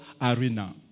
arena